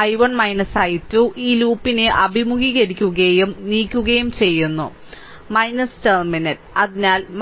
10 i1 i2 ഈ ലൂപ്പിനെ അഭിമുഖീകരിക്കുകയും നീക്കുകയും ചെയ്യുന്നു ടെർമിനൽ അതിനാൽ 30 i1 0